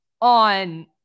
on